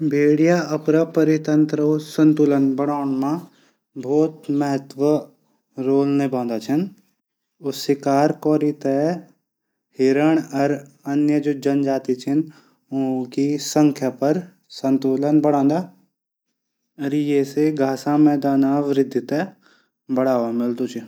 भेडिया अपड परित्रंत समूह बणान मा बहुत महत्वपूर्ण रोल निभादा छन। ऊ शिकार कौरू थै। हिरण और अन्य जनजातियों थै। ऊंकी संख्या पर संतुलन बणाणू कू। ऐसे घासा मैदान पर बढावा मिलदू।